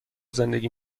زندگی